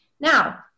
Now